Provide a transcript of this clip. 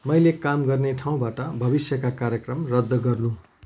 मैले काम गर्ने ठाउँबाट भविष्यका कार्यक्रम रद्द गर्नू